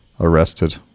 arrested